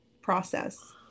process